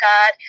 God